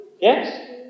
Yes